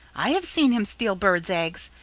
i have seen him steal birds' eggs,